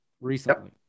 Recently